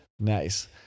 nice